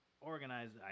organized